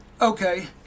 Okay